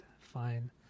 Fine